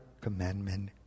commandment